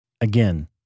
again